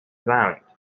round